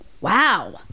wow